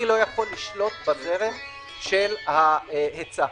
אני לא יכול לשלוט בזרם של ההיצע.